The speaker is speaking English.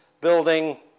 building